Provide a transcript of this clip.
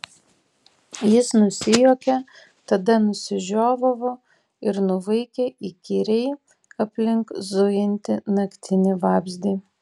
jis nusijuokė tada nusižiovavo ir nuvaikė įkyriai aplink zujantį naktinį vabzdį